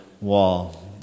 Wall